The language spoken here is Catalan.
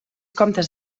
comtes